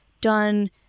done